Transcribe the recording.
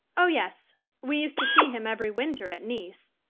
oh, yes we used to see him every winter at nice.